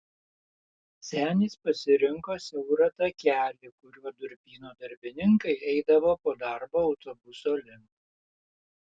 senis pasirinko siaurą takelį kuriuo durpyno darbininkai eidavo po darbo autobuso link